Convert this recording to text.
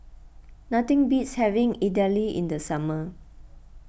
nothing beats having Idili in the summer